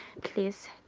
please